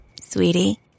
Sweetie